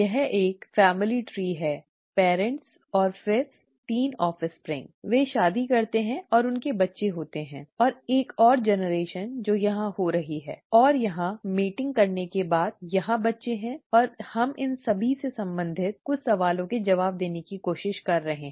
यह एक family tree है माता पिता और फिर यहां 3 ऑफ़्स्प्रिंग वे शादी करते हैं और उनके बच्चे होते हैं और एक और पीढ़ी है जो यहां हो रही है और यहां मेटिंग करने के बाद यहां बच्चे हैं और हम इन से संबंधित कुछ सवालों के जवाब देने की कोशिश कर रहे हैं